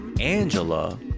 Angela